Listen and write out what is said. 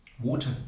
water